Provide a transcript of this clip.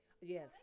Yes